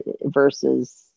versus